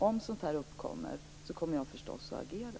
Om sådant här uppkommer tänker jag förstås agera.